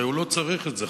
הרי הוא לא צריך את זה.